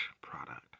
product